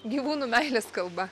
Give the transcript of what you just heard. gyvūnų meilės kalba